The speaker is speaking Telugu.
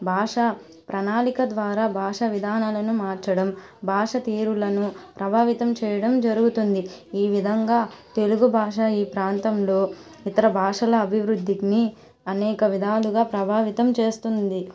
భాష ప్రణాళిక ద్వారా భాష విధానను మార్చడం భాష తీరులను ప్రభావితం చేయడం జరుగుతుంది ఈ విధంగా తెలుగు భాష ఈ ప్రాంతంలో ఇతర భాషల అభివృద్ధికి అనేక విధాలుగా ప్రభావితం చేస్తుంది